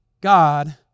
God